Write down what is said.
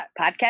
podcast